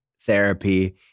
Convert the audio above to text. therapy